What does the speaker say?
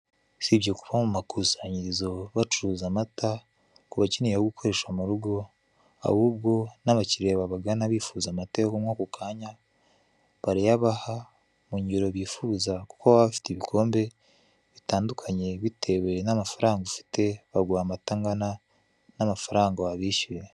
Usibye kuba mu makusanyirizo bacuruza amata, ku bakeneye ayo gukoresha mu rugo, ahubwo n'abakiriya babagana bifuza amata yo kunywa ako kanya, barayabaha mu ngero bifuza, kuko baba bafite ibikombe bitandukanye, bitewe n'amafaranga ufite, baguha amata angana n'amafaranga wabishyuye